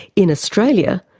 in australia,